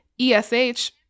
ESH